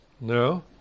no